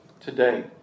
Today